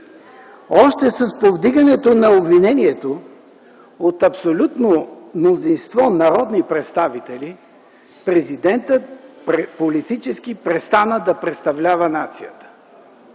Още с повдигането на обвинението от абсолютно мнозинство народни представители, Президентът политически престана да представлява нацията.